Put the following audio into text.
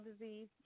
disease